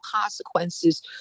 consequences